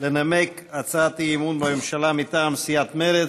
לנמק הצעת אי-אמון בממשלה מטעם סיעת מרצ: